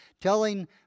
telling